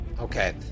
Okay